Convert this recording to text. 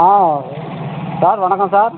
ஆ sir வணக்கம் sir